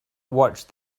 watched